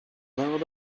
load